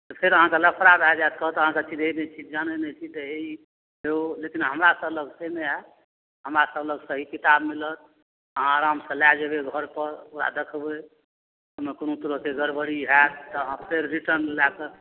तऽ फेर आहाँके लफड़ा भए जायत कहत आहाँके चिन्है नहि छी जानै नहि छी तऽ हे ई तऽ हे ओ लेकिन हमरा सब लग से नहि होयत हमरा सब लग सही किताब मिलत आहाँ आरामसँ लए जेबै घर पर ओकरा देखबै कोनो तरहके गड़बड़ी होयत तऽ आहाँ फेर रिटर्न लए कऽ